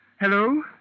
Hello